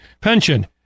pension